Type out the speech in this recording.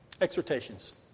exhortations